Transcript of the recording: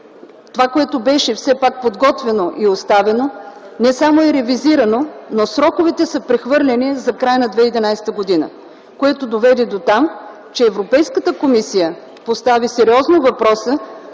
това, което беше все пак подготвено и оставено, не само е ревизирано, но сроковете са прехвърлени за края на 2011 г. което доведе дотам, че Европейската комисия постави сериозно въпроса